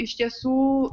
iš tiesų